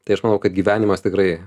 tai aš manau kad gyvenimas tikrai